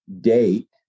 date